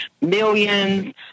millions